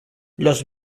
los